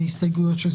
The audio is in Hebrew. ההסתייגות נפלה.